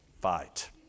fight